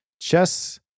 chess